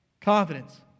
Confidence